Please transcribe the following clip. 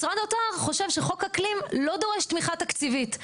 משרד האוצר חושב שחוק אקלים לא דורש תמיכה תקציבית.